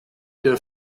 der